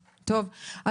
מדיניות,